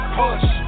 push